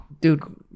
dude